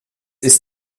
ist